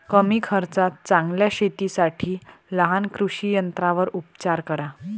कमी खर्चात चांगल्या शेतीसाठी लहान कृषी यंत्रांवर उपचार करा